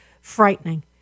frightening